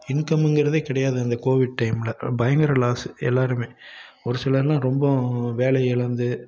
இன்கம்முங்குறது கிடையாது அந்த கோவிட் டைமில் பயங்கர லாஸு எல்லாரும் ஒரு சிலர்லாம் ரொம்போ வேலை இழந்து